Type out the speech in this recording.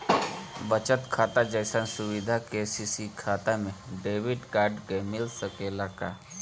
बचत खाता जइसन सुविधा के.सी.सी खाता में डेबिट कार्ड के मिल सकेला का?